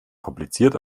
kompliziert